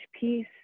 peace